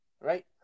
right